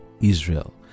israel